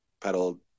pedal